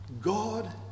God